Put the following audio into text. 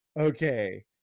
Okay